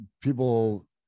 people